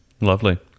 lovely